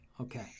okay